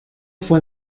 fue